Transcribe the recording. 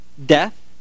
death